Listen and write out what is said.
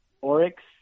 Oryx